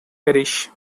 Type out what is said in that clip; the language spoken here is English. parish